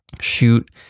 shoot